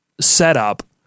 setup